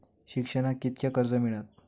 शिक्षणाक कीतक्या कर्ज मिलात?